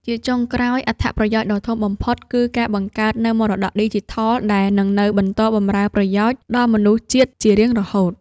ជាចុងក្រោយ អត្ថប្រយោជន៍ដ៏ធំបំផុតគឺការបង្កើតនូវមរតកឌីជីថល ដែលនឹងនៅបន្តបម្រើប្រយោជន៍ដល់មនុស្សជាតិជារៀងរហូត។